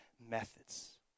methods